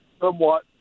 somewhat